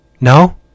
No